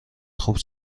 خوب